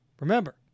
Remember